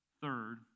Third